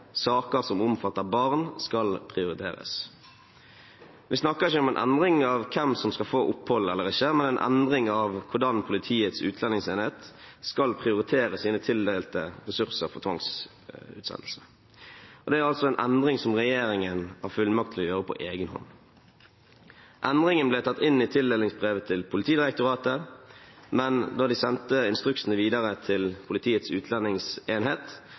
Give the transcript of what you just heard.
som omfatter barn skal prioriteres.» Vi snakker ikke om en endring av hvem som skal få opphold eller ikke, men en endring av hvordan Politiets utlendingsenhet skal prioritere sine tildelte ressurser for tvangsutsendelse. Det er altså en endring som regjeringen har fullmakt til å gjøre på egen hånd. Endringen ble tatt inn i tildelingsbrevet til Politidirektoratet, men da de sendte instruksene videre til Politiets utlendingsenhet,